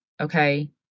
okay